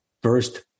First